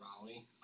raleigh